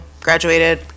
graduated